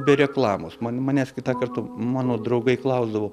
be reklamos man manęs kitą kartą mano draugai klausdavo